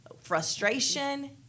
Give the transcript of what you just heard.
frustration